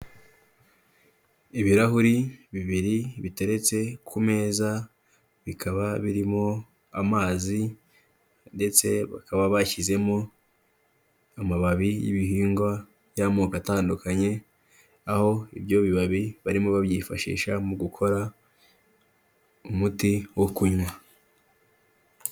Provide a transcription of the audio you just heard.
Ibirahuri bibiri biteretse ku meza, bikaba birimo amazi ndetse bakaba bashyizemo amababi y'ibihingwa by'amoko atandukanye, aho ibyo bibabi barimo babyifashisha mu gukora umuti wo kunywa.